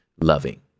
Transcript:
loving